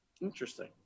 Interesting